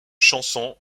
chanson